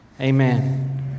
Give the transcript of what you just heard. Amen